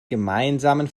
gemeinsamen